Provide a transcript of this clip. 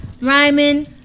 rhyming